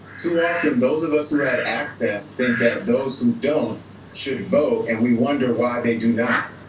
too often, those of us who have access think that those who don't should vote, and we wonder why they do not.